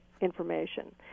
information